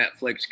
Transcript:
Netflix